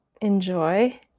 enjoy